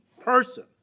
person